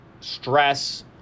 stress